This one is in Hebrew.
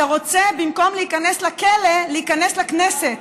אתה רוצה, במקום להיכנס לכלא, להיכנס לכנסת